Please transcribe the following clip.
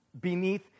beneath